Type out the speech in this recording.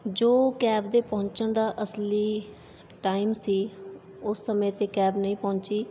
ਜੋ ਕੈਬ ਦੇ ਪਹੁੰਚਣ ਦਾ ਅਸਲੀ ਟਾਈਮ ਸੀ ਉਸ ਸਮੇਂ 'ਤੇ ਕੈਬ ਨਹੀਂ ਪਹੁੰਚੀ